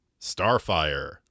Starfire